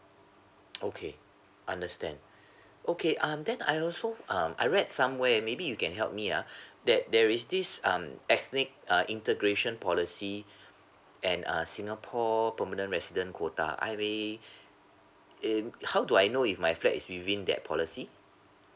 okay understand okay um then I also um I read somewhere maybe you can help me ah that there is this um ethnic uh integration policy and uh singapore permanent resident quota uh we eh how do I know if my flat is within that policy